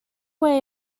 way